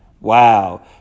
Wow